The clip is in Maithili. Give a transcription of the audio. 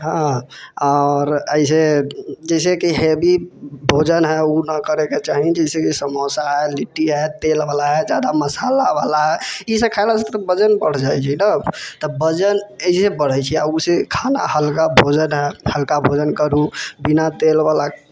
हँ आओर एहि से जैसे कि हेवी भोजन हइ ओ नहि करयके चाही जैसे कि समोसा हइ लिट्टी हइ तेलबाला हइ जादा मसालाबाला हइ ई सब खयलासँ तऽ वजन बढ़ जाइत छै ने तब वजन एहि से बढ़ैत छै आ ओ से खाना हल्का भोजन हल्का भोजन करूँ बिना तेलबाला